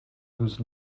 whose